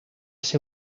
ser